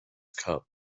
cup